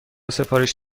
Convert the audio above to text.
سفارش